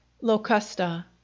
Locusta